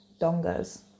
dongas